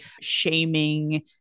shaming